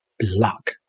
luck